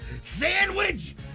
Sandwich